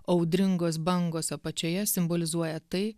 audringos bangos apačioje simbolizuoja tai